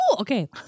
Okay